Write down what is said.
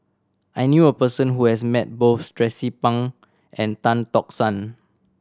I knew a person who has met both Tracie Pang and Tan Tock San